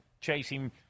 chasing